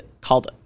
called